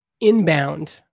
inbound